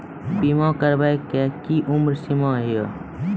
बीमा करबे के कि उम्र सीमा या?